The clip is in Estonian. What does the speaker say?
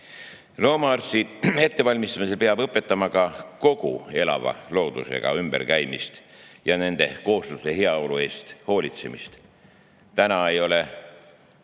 Loomaarsti ettevalmistamisel peab õpetama ka kogu elava loodusega ümberkäimist ja nende koosluste heaolu eest hoolitsemist. Tänaseks ei ole